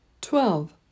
Twelve